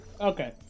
Okay